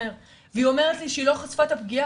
והיא אומרת לי שהיא לא חשפה את הפגיעה,